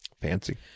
Fancy